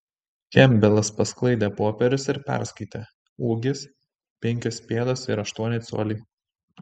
kempbelas pasklaidė popierius ir perskaitė ūgis penkios pėdos ir aštuoni coliai